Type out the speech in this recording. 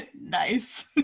nice